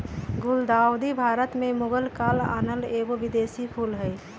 गुलदाऊदी भारत में मुगल काल आनल एगो विदेशी फूल हइ